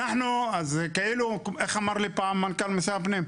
איך אמר לי פעם מנכ"ל משרד הפנים?